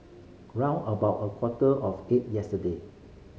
round about a quarter of eight yesterday